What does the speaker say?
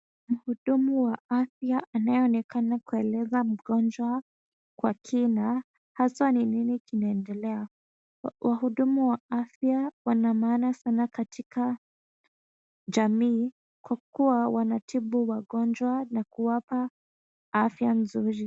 Muhudumu wa afya anayeonekana kueleza mgonjwa kwa kina haswa ni nini kinaendelea. Wahudumu wa afya wana maana sana katika jamii, kwa kuwa wanatibu wagonjwa na kuwapa afya nzuri.